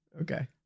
Okay